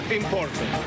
important